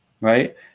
Right